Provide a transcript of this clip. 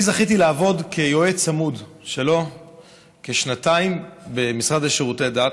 אני זכיתי לעבוד כיועץ צמוד שלו כשנתיים במשרד לשירותי דת,